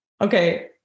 Okay